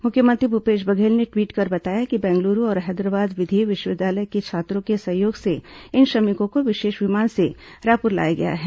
मुख्यमंत्री भूपेश बघेल ने ट्वीट कर बताया कि बैंगलुरू और हैदराबाद विधि विश्वविद्यालय के छात्रों के सहयोग से इन श्रमिकों को विशेष विमान से रायपुर लाया गया है